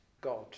God